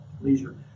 leisure